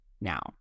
now